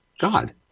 God